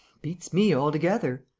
beats me altogether,